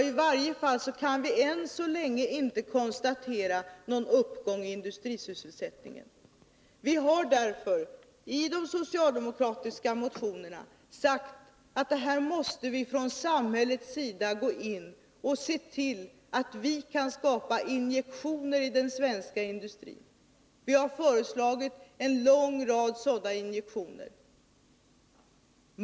I varje fall kan vi än så länge inte konstatera någon Vi har därför i de socialdemokratiska motionerna sagt att här måste vi från samhällets sida gå in och se till att vi kan ge injektioner i den svenska industrin. Vi har föreslagit en lång rad sådana injektioner.